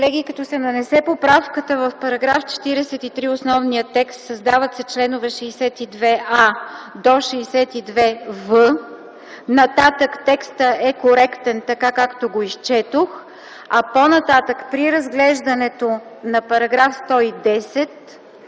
Колеги, като се нанесе поправката в § 43 – основния текст: „Създават се чл. 62а - 62в”, нататък текстът е коректен, така както го изчетох, а по-нататък при разглеждането на § 110